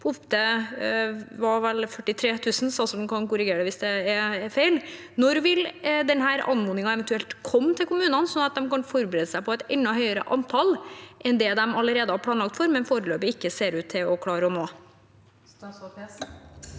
opp til 43 000 – statsråden kan korrigere meg hvis det er feil. Når vil denne anmodningen eventuelt komme til kommunene, sånn at de kan forberede seg på et enda høyere antall enn det de allerede har planlagt for, men foreløpig ikke ser ut til å klare å nå? Statsråd Marte